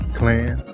clan